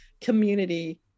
community